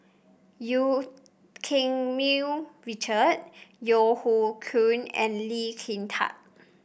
Eu Keng Mun Richard Yeo Hoe Koon and Lee Kin Tat